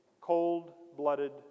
cold-blooded